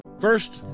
first